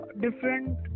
different